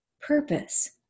purpose